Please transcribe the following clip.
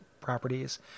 properties